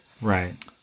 Right